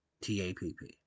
T-A-P-P